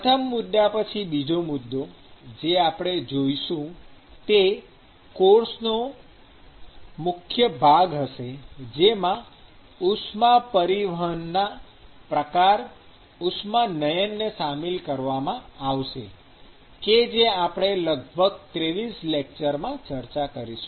પ્રથમ મુદ્દા પછી બીજો મુદ્દો જે આપણે જોઈશું તે કોર્સનો મુખ્ય ભાગ હશે જેમાં ઉષ્મા પરિવહનના પ્રકાર ઉષ્માનયનને શામેલ કરવામાં આવશે કે જે આપણે લગભગ 23 લેક્ચરસમાં ચર્ચા કરીશું